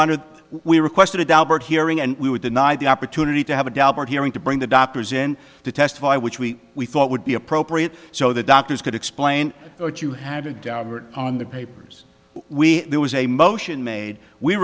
honor we requested adalbert hearing and we were denied the opportunity to have a daubert hearing to bring the doctors in to testify which we we thought would be appropriate so the doctors could explain what you had to downward on the papers we there was a motion made we